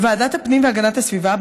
בוועדת הפנים והגנה הסביבה,